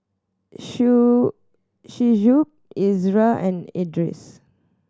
Shu Shuib Izara and Idris